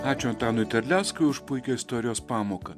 ačiū antanui terleckui už puikią istorijos pamoką